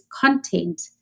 content